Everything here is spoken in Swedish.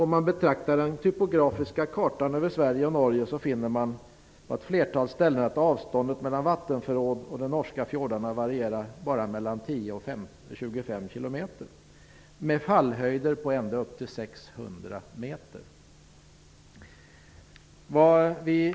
Om vi betraktar den typografiska kartan över Sverige och Norge finner vi på ett flertal ställen att avståndet mellan vattenförråd och de norska fjordarna bara varierar mellan 10--25 km med fallhöjder på ända upp till 600 m.